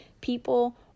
People